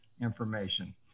information